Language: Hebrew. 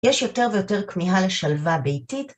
יש יותר ויותר כמיהה לשלווה ביתית